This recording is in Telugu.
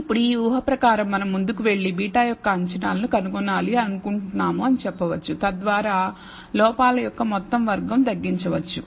ఇప్పుడు ఈ ఊహ ప్రకారం మనం ముందుకు వెళ్లి β యొక్క అంచనాలను కనుగొనాలి అనుకుంటున్నాము అని చెప్పవచ్చు తద్వారా లోపాల యొక్క మొత్తం వర్గం తగ్గించవచ్చు